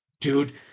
Dude